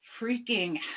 Freaking